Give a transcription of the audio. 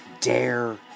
dare